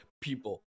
people